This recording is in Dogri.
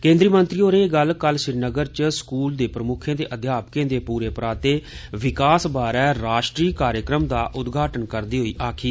केन्द्री मंत्री होरें ए गल्ल श्रीनगर च स्कूल प्रम्क्खें ते अध्यापकें दे पूरे पराते विकास बारै राष्ट्री कार्यक्रम दा उदघाटन करदे मौके आक्खी